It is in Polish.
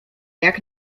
jak